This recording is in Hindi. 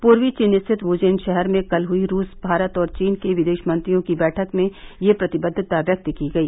पूर्वी चीन स्थित वूजेन शहर में कल हुई रूस भारत और चीन के विदेश मंत्रियों की बैठक में यह प्रतिबद्वता व्यक्त की गई